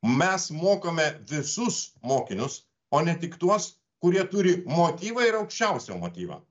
mes mokome visus mokinius o ne tik tuos kurie turi motyvą ir aukščiausią motyvą